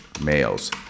males